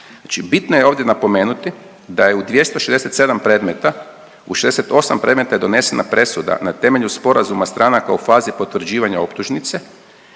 bitno je ovdje napomenuti da je u 267 predmeta u 68 predmeta je donesena presuda na temelju sporazuma stranaka u fazi potvrđivanja optužnice